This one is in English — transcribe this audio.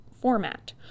format